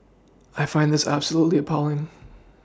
I find this absolutely appalling